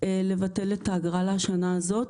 לבטל את האגרה לשנה הזאת.